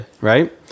right